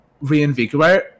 reinvigorate